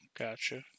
Gotcha